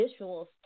visuals